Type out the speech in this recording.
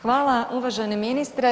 Hvala uvaženi ministre.